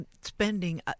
spending